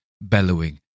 bellowing